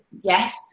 yes